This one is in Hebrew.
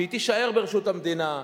שתישאר ברשות המדינה?